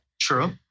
True